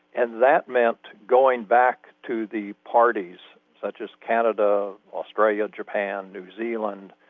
and that meant going back to the parties such as canada, australia, japan, new zealand,